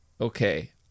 Okay